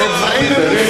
בארצות-הברית.